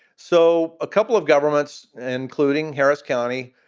so a couple of governments, including harris county,